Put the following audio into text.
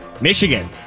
Michigan